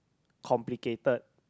complicated